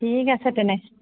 ঠিক আছে তেনে